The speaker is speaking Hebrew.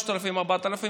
3,000 או 4,000,